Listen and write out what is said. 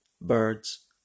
Birds